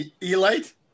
Elite